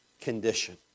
condition